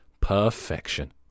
Perfection